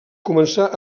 començà